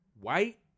White